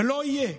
ולא יהיה